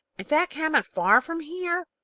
is that cabin far from here?